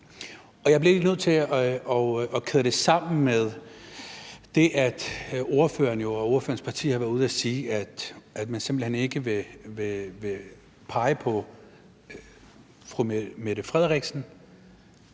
Jeg bliver nødt til at kæde det sammen med det, ordføreren og ordførerens parti jo har været ude at sige, nemlig at man simpelt hen ikke vil pege på fru Mette Frederiksen